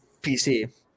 PC